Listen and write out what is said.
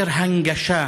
יותר הנגשה